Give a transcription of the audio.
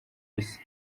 isi